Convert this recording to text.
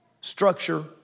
Structure